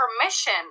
permission